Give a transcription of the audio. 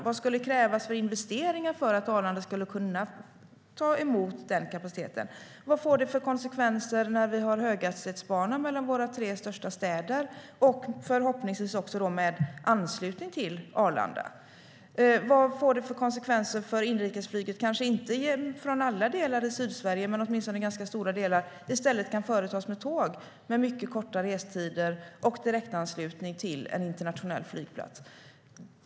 Vad krävs för investeringar för att Arlanda ska kunna ta över denna kapacitet? Vad får det för konsekvenser när vi har höghastighetsbana mellan våra tre största städer, förhoppningsvis med anslutning till Arlanda? Vad får det för konsekvenser för inrikesflyget om resandet från stora delar av Sydsverige kan företas med tåg med korta restider och direktanslutning till en internationell flygplats?